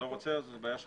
לא רוצה, זו בעיה שלו.